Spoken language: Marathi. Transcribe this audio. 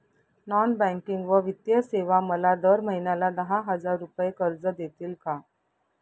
नॉन बँकिंग व वित्तीय सेवा मला दर महिन्याला दहा हजार रुपये कर्ज देतील का?